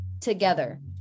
together